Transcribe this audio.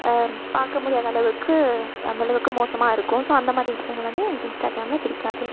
பார்க்க முடியாத அளவுக்கு அந்தளவுக்கு மோசமாக இருக்கும் ஸோ அந்தமாதிரி விஷயங்கள் வந்து எனக்கு இன்ஸ்டாகிராமில் பிடிக்காது